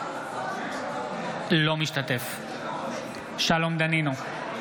אינו משתתף בהצבעה שלום דנינו,